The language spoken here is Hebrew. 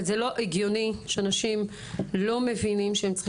זה לא הגיוני שאנשים לא מבינים שהם צריכים